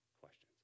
questions